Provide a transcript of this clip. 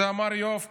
את זה אמר יואב קיש.